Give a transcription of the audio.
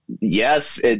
yes